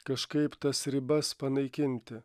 kažkaip tas ribas panaikinti